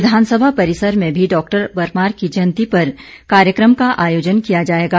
विधानसभा परिसर में भी डॉ परमार की जयंती पर कार्यक्रम का आयोजन किया जाएगा